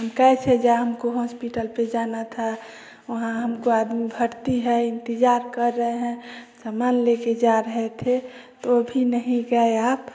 हम कैसे जाए हमको हॉस्पिटल में जाना था वहाँ हमको आदमी भरती है इंतजार कर रहे हैं सामान लेके जा रहे थे तो भी नहीं गये आप